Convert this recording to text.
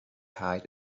height